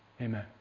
Amen